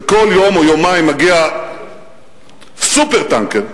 כל יום או יומיים מגיע "סופר טנקר",